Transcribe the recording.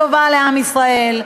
הבשורה הטובה לעם ישראל,